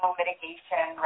mitigation